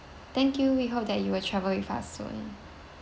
thank you we hope that you will travel with us soon